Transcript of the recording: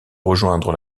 rejoindre